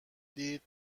دید